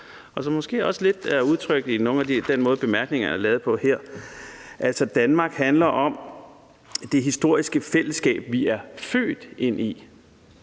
og som måske også lidt er udtrykt i den måde, bemærkningerne er lavet på. Her står der, at Danmark handler om det historiske fællesskab, vi er »født« ind i.